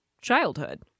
Childhood